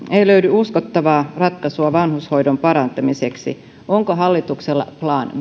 ei löydy uskottavaa ratkaisua vanhushoidon parantamiseksi onko hallituksella plan